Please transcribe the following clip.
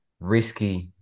risky